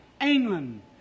England